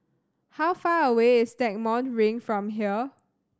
how far away is Stagmont Ring from here